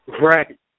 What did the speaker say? Right